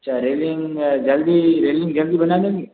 अच्छा रेलिंग जल्दी रेलिंग जल्दी बना लोगे